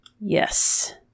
Yes